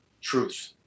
truth